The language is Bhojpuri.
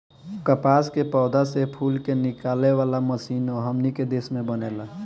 कपास के पौधा से फूल के निकाले वाला मशीनों हमनी के देश में बनेला